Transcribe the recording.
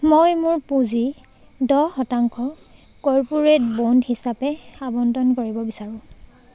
মই মোৰ পুঁজি দহ শতাংশ কৰ্পোৰেট বণ্ড হিচাপে আবণ্টন কৰিব বিচাৰোঁ